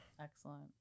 Excellent